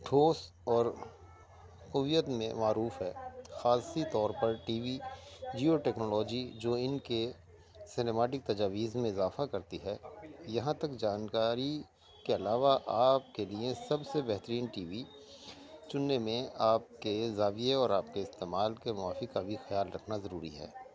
ٹھوس اور قویت میں معروف ہے خاصی طور پرٹی وی جیو ٹیکنالوجی جو ان کے سنیماٹک تجاویز میں اضافہ کرتی ہے یہاں تک جانکاری کے علاوہ آپ کے لیے سب سے بہترین ٹی وی چننے میں آپ کے زاویے اور آپ کے استعمال کے موافق بھی خیال رکھنا ضروری ہے